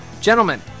gentlemen